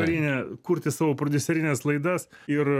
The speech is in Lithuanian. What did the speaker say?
kurti savo prodiuserines laidas ir